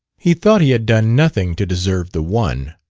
he thought he had done nothing to deserve the one,